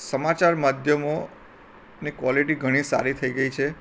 સમાચાર માધ્યમોની ક્વોલિટી ઘણી સારી થઈ ગઈ છે